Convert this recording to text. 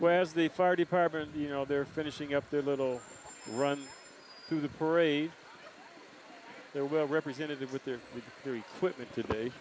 where's the fire department you know they're finishing up their little run to the parade there were representatives with their very quickly to